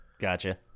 Gotcha